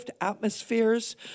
atmospheres